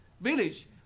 village